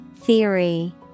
Theory